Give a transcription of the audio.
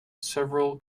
several